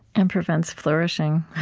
and prevents flourishing,